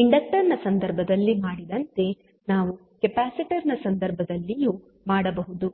inductor ನ ಸಂದರ್ಭದಲ್ಲಿ ಮಾಡಿದಂತೆ ನಾವು ಕೆಪಾಸಿಟರ್ ನ ಸಂದರ್ಭದಲ್ಲಿಯೂ ಮಾಡಬಹುದು